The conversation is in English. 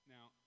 Now